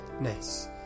Nice